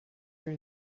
here